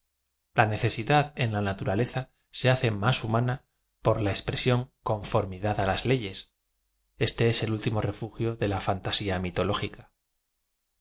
a necesidad en la naturaleza se hace más humana por la expresión conformidad á las leyes este es el último refugio de la fantasía mitológica